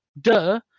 Duh